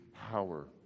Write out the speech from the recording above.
power